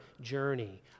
journey